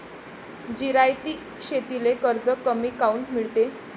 जिरायती शेतीले कर्ज कमी काऊन मिळते?